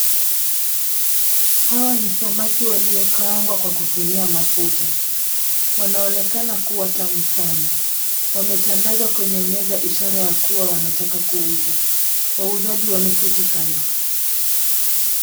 Hawa ni samaki walio kaangwa kwa kutumia mafuta . Wanaoenekana kuwa tamu sana . Wametandazwa kwenye meza ishara ya kuwa wanataka kuuzwa. Wauzaji wameketi kando.